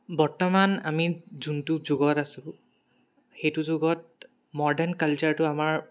বৰ্তমান আমি যোনটো যুগত আছো সেইটো যুগত মডাৰ্ণ কালচাৰটো আমাৰ